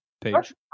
page